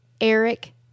Eric